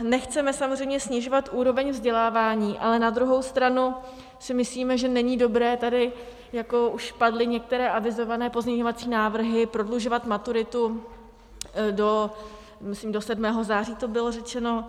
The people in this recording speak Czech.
Nechceme samozřejmě snižovat úroveň vzdělávání, ale na druhou stranu si myslíme, že není dobré tady, jako už padly některé avizované pozměňovací návrhy, prodlužovat maturitu do, myslím, do 7. září to bylo řečeno.